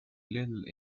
little